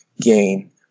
gain